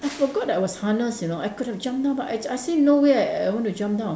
I forgot that I was harnessed you know I could have jumped down but I I say no way I I want to jump down